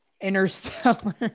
interstellar